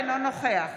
אינו נוכח